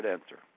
Answer